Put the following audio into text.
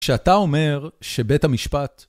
כשאתה אומר שבית המשפט...